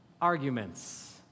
arguments